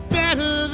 better